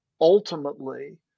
ultimately